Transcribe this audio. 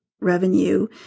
revenue